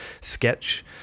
sketch